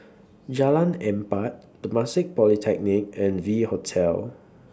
Jalan Empat Temasek Polytechnic and V Hotel